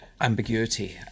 ambiguity